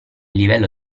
livello